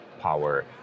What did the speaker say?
power